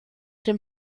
dem